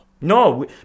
No